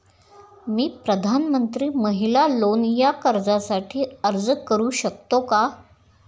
मी प्रधानमंत्री महिला लोन या कर्जासाठी अर्ज करू शकतो का?